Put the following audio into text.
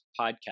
podcast